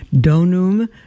Donum